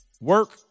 Work